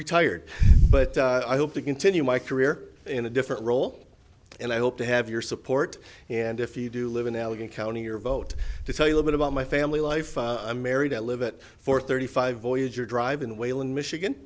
retired but i hope to continue my career in a different role and i hope to have your support and if you do live in allegan county your vote to tell you a bit about my family life i'm married i live it for thirty five voyager drive in wayland michigan